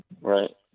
Right